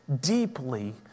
deeply